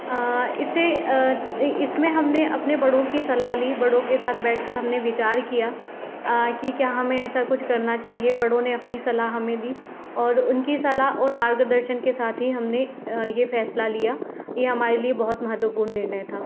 इसे इसमें हमने अपने बड़ों की सलाह ली बड़ों के साथ बैठकर हमनें विचार किया कि क्या हमें ऐसा कुछ करना चाहिए बड़ों ने अपनी सलाह हमें दी और उनकी सलाह और मार्गदर्शन के साथ ही हमनें ये फैसला लिया ये हमारे लिए बहुत महत्वपूर्ण निर्णय था